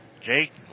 Jake